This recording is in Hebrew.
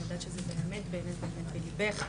אני יודעת שזה באמת באמת בליבך,